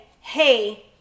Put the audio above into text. hey